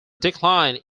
decline